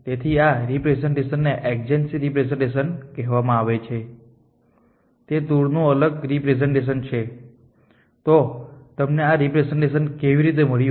તેથી આ રેપ્રેસેંટેશનને એડજન્સી રેપ્રેસેંટેશન કહેવામાં આવે છે તે ટૂર નું અલગ રેપ્રેસેંટેશન છે તો તમને આ રેપ્રેસેંટેશન કેવી રીતે મળ્યું